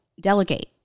delegate